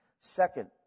Second